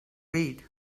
read